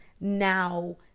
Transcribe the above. now